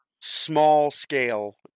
small-scale